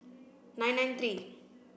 nine nine three